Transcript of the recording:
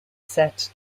set